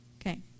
Okay